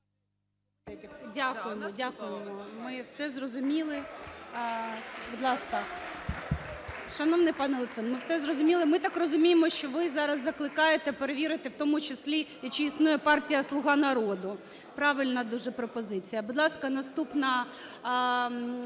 Дякуємо, дякуємо. Ми все зрозуміли. Будь ласка, шановний пане Литвин, ми все зрозуміли. Ми так розуміємо, що ви зараз закликаєте перевірити в тому числі і чи існує партія "Слуга народу". Правильна дуже пропозиція. Будь ласка, наступний